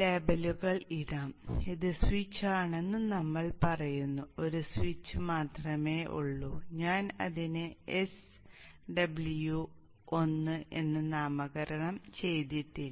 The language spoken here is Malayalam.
ലേബലുകൾ ഇടാം ഇത് സ്വിച്ച് ആണെന്ന് നമ്മൾ പറയുന്നു ഒരു സ്വിച്ച് മാത്രമേ ഉള്ളൂ ഞാൻ അതിനെ Sw 1 എന്ന് നാമകരണം ചെയ്തിട്ടില്ല